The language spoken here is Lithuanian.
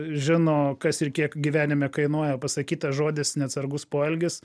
žino kas ir kiek gyvenime kainuoja pasakytas žodis neatsargus poelgis